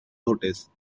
notice